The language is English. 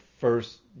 First